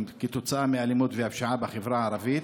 כתוצאה מהאלימות והפשיעה בחברה הערבית,